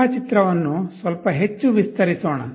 ರೇಖಾಚಿತ್ರವನ್ನು ಸ್ವಲ್ಪ ಹೆಚ್ಚು ವಿಸ್ತರಿಸೋಣ